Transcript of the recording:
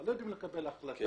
לממשלה.